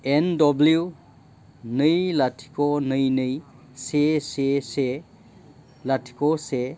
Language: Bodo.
एन दब्लिउ नै लाथिख' नै नै से से से लाथिख' से